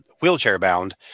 wheelchair-bound